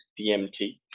DMT